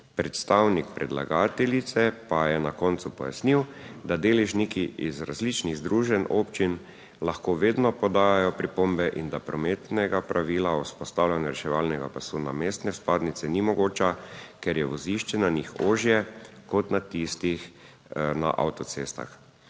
Predstavnik predlagateljice pa je na koncu pojasnil, da deležniki iz različnih združenj občin lahko vedno podajo pripombe in da prometnega pravila o vzpostavljanju reševalnega pasu na mestne vpadnice ni mogoča, ker je vozišče na njih ožje kot na tistih avtocestah.